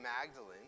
Magdalene